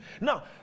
Now